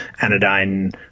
anodyne